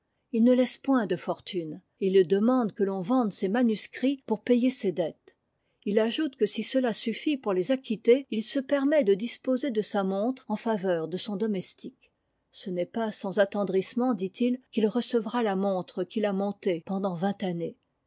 il ne laisse point de fortune et il demande que l'on vende ses manuscrits pour payer ses dettes h ajoute que si cela suffit pour les acquitter il se permet de disposer de sa montre en faveur de son domestique ce n'est pas sans atn tendrissement dit-il qu'il recevra la montre qu'il a montée pendant vingt années